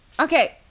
Okay